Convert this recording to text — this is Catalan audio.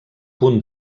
punt